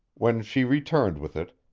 when she returned with it,